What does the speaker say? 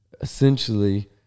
essentially